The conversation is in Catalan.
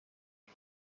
els